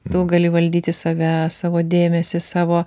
tu gali valdyti save savo dėmesį savo